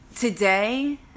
today